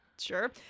Sure